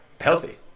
Healthy